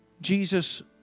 Jesus